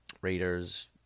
Raiders